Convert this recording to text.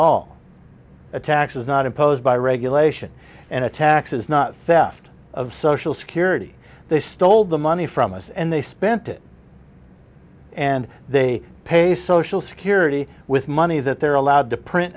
all a tax is not imposed by regulation and a tax is not theft of social security they stole the money from us and they spent it and they pay social security with money that they're allowed to print